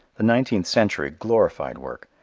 the nineteenth century glorified work.